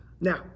Now